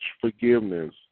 forgiveness